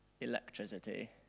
electricity